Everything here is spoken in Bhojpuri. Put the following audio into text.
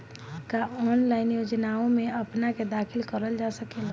का ऑनलाइन योजनाओ में अपना के दाखिल करल जा सकेला?